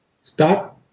Start